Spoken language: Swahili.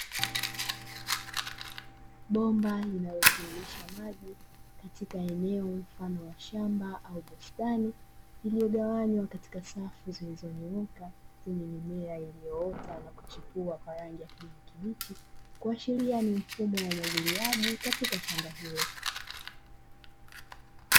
Bomba linalotiririsha maji, katika eneo mfano wa shamba au bustani, lililogawanywa katika safu zilizonyooka, zenye mimea iliyoota na kuchipua kwa rangi ya kijani kibichi, kuashiria ni mfumo wa umwagiliaji katika shamba hilo.